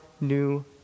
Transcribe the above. new